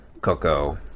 coco